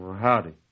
howdy